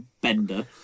bender